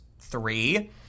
Three